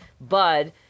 bud